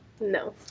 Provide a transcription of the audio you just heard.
No